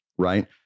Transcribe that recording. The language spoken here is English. Right